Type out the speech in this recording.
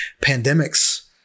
pandemics